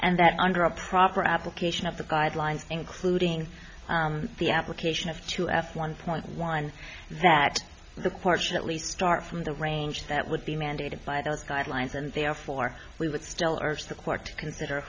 and that under a proper application of the guidelines including the application of two f one point one that the part should at least start from the range that would be mandated by those guidelines and therefore we would still urge the court to consider